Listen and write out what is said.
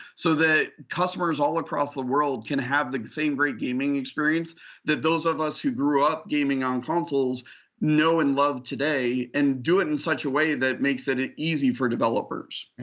so that customers all across the world can have the same great gaming experience that those of us who grew up gaming on consoles know and love today. and do it in such a way that makes it it easy for developers.